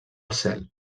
cel